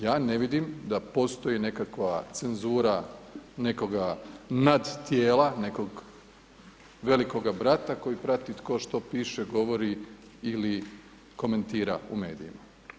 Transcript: Ja ne vidim da postoji nekakva cenzura nekoga nadtijela, nekog velikoga brata koji prati tko što piše, govori ili komentira u medijima.